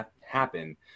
happen